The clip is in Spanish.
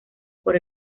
por